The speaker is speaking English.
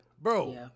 Bro